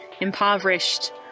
impoverished